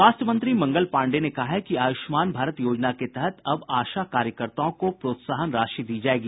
स्वास्थ्य मंत्री मंगल पांडेय ने कहा है कि आयुष्मान भारत योजना के तहत अब आशा कार्यकर्ताओं को प्रोत्साहन राशि दी जायेगी